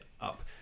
up